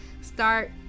start